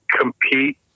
compete